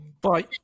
Bye